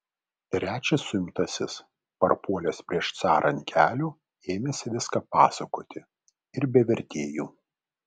trečias suimtasis parpuolęs prieš carą ant kelių ėmėsi viską pasakoti ir be vertėjų